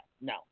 no